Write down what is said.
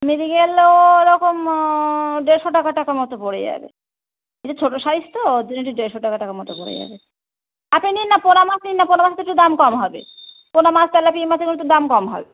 মৃগেল ও ওরকম দেড়শো টাকা টাকা মতো পড়ে যাবে একটু ছোটো সাইজ তো ওই জন্য একটু দেড়শো টাকা টাকার মতো পড়ে যাবে আপনি নিন না পোনা মাছ নিন না পোনা মাছ তো একটু দাম কম হবে পোনা মাছ তেলাপিয়া মাছ এগুলো তো দাম কম হবে